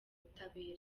butabera